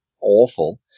awful